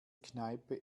kneipe